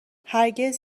هرگز